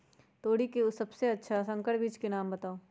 तोरी के सबसे अच्छा संकर बीज के नाम बताऊ?